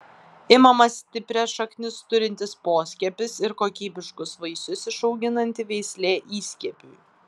imamas stiprias šaknis turintis poskiepis ir kokybiškus vaisius išauginanti veislė įskiepiui